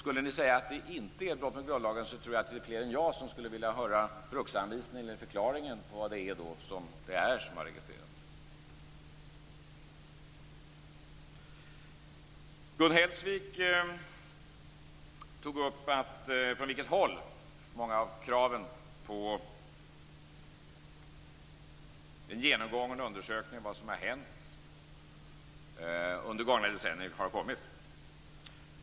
Skulle ni säga att det inte är ett brott mot grundlagen tror jag att det är fler än jag som skulle vilja höra förklaringen till vad det är som har registrerats. Gun Hellsvik tog upp från vilket håll många av kraven på en undersökning av vad som har hänt under gångna decennier har kommit.